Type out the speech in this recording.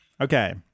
okay